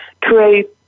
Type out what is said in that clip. create